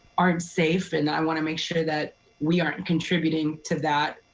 aren't safe and i want to make sure that we aren't contributing to that